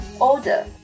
Order